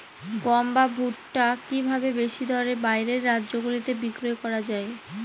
গম বা ভুট্ট কি ভাবে বেশি দরে বাইরের রাজ্যগুলিতে বিক্রয় করা য়ায়?